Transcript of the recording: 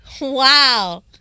wow